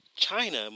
China